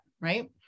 Right